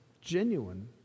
genuine